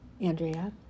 Andrea